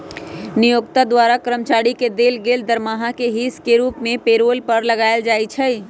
नियोक्ता द्वारा कर्मचारी के देल गेल दरमाहा के हिस के रूप में पेरोल कर लगायल जाइ छइ